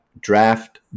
draft